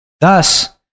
thus